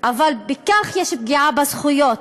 אבל בכך יש פגיעה בזכויות.